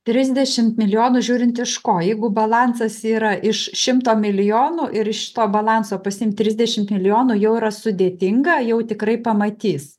trisdešim milijonų žiūrint iš ko jeigu balansas yra iš šimto milijonų ir iš to balanso pasiimt trisdešimt milijonų jau yra sudėtinga jau tikrai pamatys